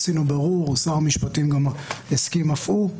אז עשינו בירור, שר המשפטים הסכים אף הוא,